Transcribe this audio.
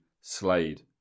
Slade